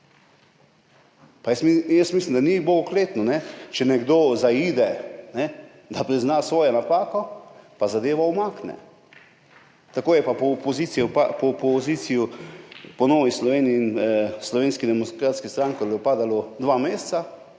jaz mislim, da ni bogokletno, če nekdo zaide, da prizna svojo napako in zadevo umakne. Tako je pa s strani opozicije po Novi Sloveniji in Slovenski demokratski stranki padalo dva meseca,